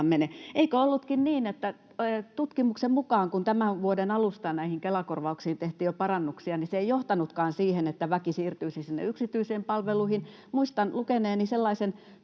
mene. Eikö ollutkin niin, että tutkimuksen mukaan, kun tämän vuoden alusta näihin Kela-korvauksiin tehtiin jo parannuksia, se ei johtanutkaan siihen, että väki siirtyisi sinne yksityisiin palveluihin? Muistan lukeneeni sellaisen